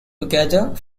together